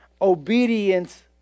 Obedience